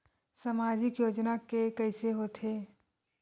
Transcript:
सामाजिक योजना के कइसे होथे?